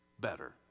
better